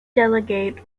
delegate